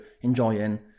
enjoying